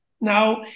now